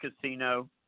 Casino